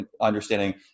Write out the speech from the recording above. understanding